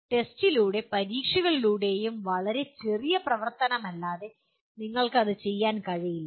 ടെസ്റ്റുകളിലൂടെയും പരീക്ഷകളിലൂടെയും വളരെ ചെറിയ പ്രവർത്തനമല്ലാതെ നിങ്ങൾക്ക് അത് ചെയ്യാൻ കഴിയില്ല